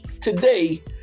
today